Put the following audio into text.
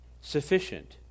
sufficient